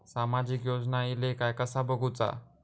सामाजिक योजना इले काय कसा बघुचा?